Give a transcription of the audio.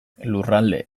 lurralde